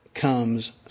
comes